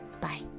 Bye